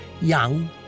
Young